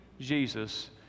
Jesus